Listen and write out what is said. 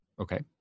Okay